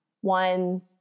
one